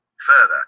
Further